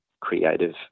creative